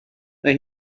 mae